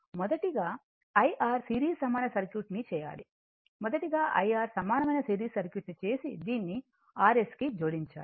మొదటిదిగా IR series సమాన circuit ని చేయాలి మొదటిగా IR సమానమైన సిరీస్ సర్క్యూట్ ని చేసి దీన్ని rs కి జోడించాలి